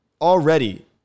already